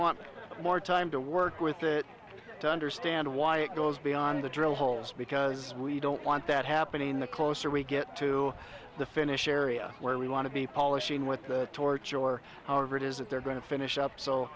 want more time to work with it to understand why it goes beyond the drill holes because we don't want that happening the closer we get to the finish area where we want to be polishing with the torch or however it is that they're going to finish up so